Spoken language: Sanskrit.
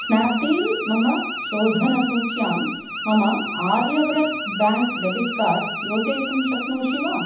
स्नाप्डील् मम शोधनसूच्यां मम आर्यव्रत् ब्याङ्क् डेबिट् कार्ड् योजयितुं शक्नोषि वा